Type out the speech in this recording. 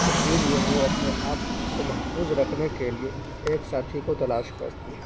اسی لیے وہ اپنے آپ کو محفوظ رکھنے کے لیے ایک ساتھی کو تلاش کرتی ہیں